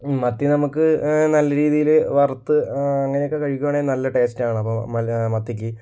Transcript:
മത്തി നമുക്ക് നല്ല രീതിയിൽ വറുത്ത് അങ്ങനെയൊക്കെ കഴിക്കുവാണെങ്കിൽ നല്ല ടേസ്റ്റാണ് അപ്പോൾ മത്തിക്ക്